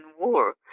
War